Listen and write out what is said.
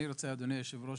ברשותך, אדוני היושב-ראש,